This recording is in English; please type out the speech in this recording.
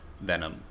venom